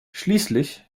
schließlich